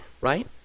right